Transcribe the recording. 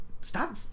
Stop